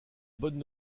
bonnes